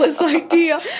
idea